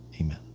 amen